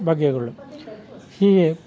ಬಗೆಗಳು ಹೀಗೆ